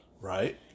Right